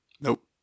Nope